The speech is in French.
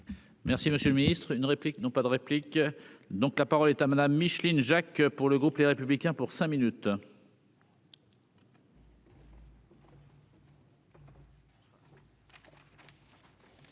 Merci monsieur le ministre, une réplique non pas de réplique donc la parole est à Madame Micheline Jacques pour le groupe Les Républicains pour cinq minutes.